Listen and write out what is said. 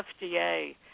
FDA